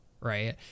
right